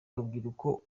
urubyiruko